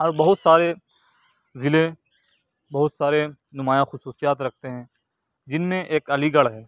اور بہت سارے ضلع بہت سارے نمایاں خصوصیات رکھتے ہیں جن میں ایک علی گڑھ ہے